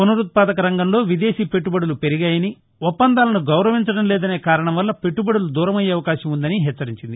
పునరుత్పాదక రంగంలో విదేశీ పెట్టుబడులు పెరిగాయని ఒప్పందాలను గౌరవించడం లేదనే కారణం వల్ల పెట్లుబడులు దూరమయ్యే అవకాశం ఉందని హెచ్చరించింది